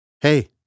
Hey